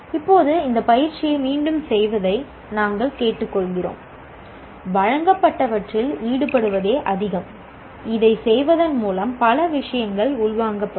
இப்போது இந்த பயிற்சியை மீண்டும் செய்வதை நாங்கள் கேட்டுக்கொள்கிறோம் வழங்கப்பட்டவற்றில் ஈடுபடுவதே அதிகம் இதைச் செய்வதன் மூலம் பல விஷயங்கள் உள்வாங்கப்படும்